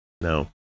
No